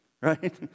right